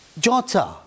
Jota